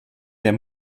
der